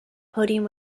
podium